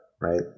right